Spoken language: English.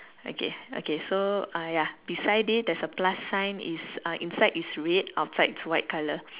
okay okay so ah ya beside it there's a plus sign is uh inside is red outside is white colour